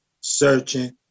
searching